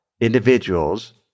individuals